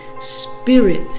spirit